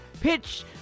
pitch